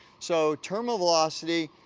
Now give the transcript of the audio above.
so, terminal velocity,